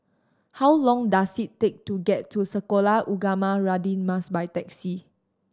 how long does it take to get to Sekolah Ugama Radin Mas by taxi